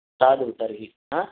साधु तर्हि